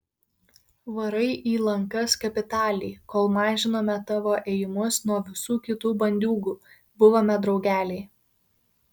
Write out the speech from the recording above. varai į lankas kapitaliai kol mažinome tavo ėjimus nuo visų kitų bandiūgų buvome draugeliai